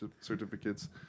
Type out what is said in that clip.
certificates